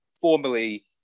formerly